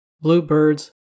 bluebirds